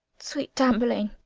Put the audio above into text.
sweet tamburlaine,